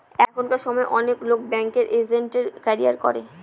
এখনকার সময় অনেক লোক ব্যাঙ্কিং এজেন্টের ক্যারিয়ার করে